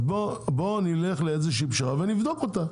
אז בואו נלך לאיזושהי פשרה ונבדוק אותה.